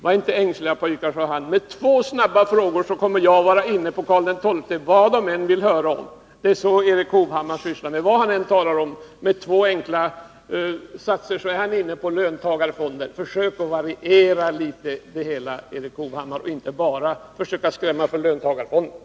Var inte ängsliga, pojkar, sade lektorn. Med två snabba frågor kommer jag att vara inne på Karl XII, vad de än vill höra om. Det är på liknande sätt med Erik Hovhammar. Vad han än talar om — med två enkla satser är han inne på löntagarfonder. Försök att variera det hela litet, Erik Hovhammar, och skräm inte bara för löntagarfonder!